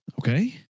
Okay